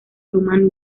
romano